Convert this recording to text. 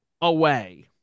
away